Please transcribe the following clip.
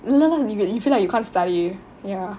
இதுநாள:ithunaale you feel like you can't study ya